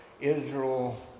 Israel